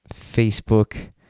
Facebook